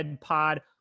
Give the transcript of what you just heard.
Pod